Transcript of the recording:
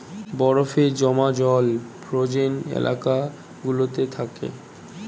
বরফে জমা জল ফ্রোজেন এলাকা গুলোতে থাকে